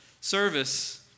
service